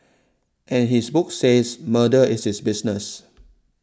as his book says murder is his business